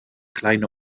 kleine